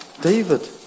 David